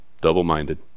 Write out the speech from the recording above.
Double-minded